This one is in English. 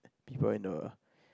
before and a